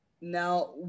Now